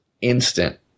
instant